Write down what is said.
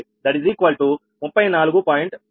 64 Rshr